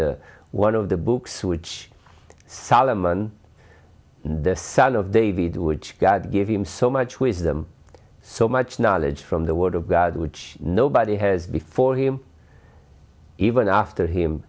is one of the books which solomon the son of david which god gave him so much wisdom so much knowledge from the word of god which nobody has before him even after him